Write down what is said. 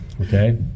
okay